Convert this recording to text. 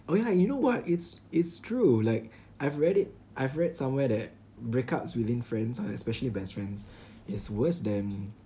oh ya you know what it's it's true like I've read it I've read somewhere that breakups within friends or especially best friends is worse than